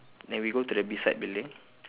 then we go to the beside building